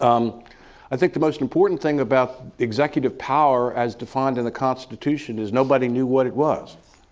um i think the most important thing about executive power as defined in the constitution is nobody knew what it was.